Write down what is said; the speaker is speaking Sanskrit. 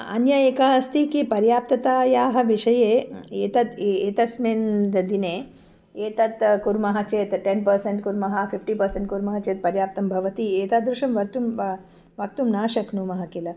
अन्य एका अस्ति किं पर्याप्ततायाः विषये एतत् एतस्मिन् दिने एतत् कुर्मः चेत् टेन् पर्सेण्ट् कुर्मः फ़िफ़्टि पर्सेण्ट् कुर्मः चेत् पर्याप्तं भवति एतादृशं वक्तुं वक्तुं न शक्नुमः किल